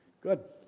good